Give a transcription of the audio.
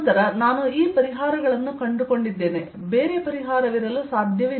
ನಂತರ ನಾನು ಈ ಪರಿಹಾರಗಳನ್ನು ಕಂಡುಕೊಂಡಿದ್ದೇನೆ ಬೇರೆ ಪರಿಹಾರವಿರಲು ಸಾಧ್ಯವಿಲ್ಲ